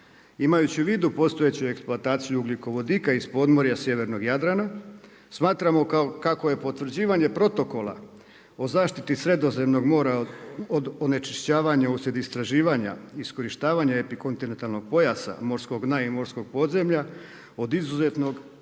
Imajući u vidu postojeću eksploataciju ugljikovodika iz podmorja sjevernog Jadrana, smatramo kako je potvrđivanje protokola o zaštiti Sredozemnog mora od onečišćavanja uslijed istraživanja i iskorištavanja epikontinentalnog pojasa morskog dna i morskog podzemlja od izuzetnog